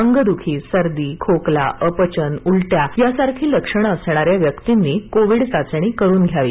अंगदुखी सर्दी खोकला अपचन उलट्या यासारखी लक्षणे असणाऱ्या व्यक्तींनी कोविड चाचणी करुन घ्यावी